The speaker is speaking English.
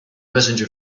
messenger